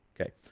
Okay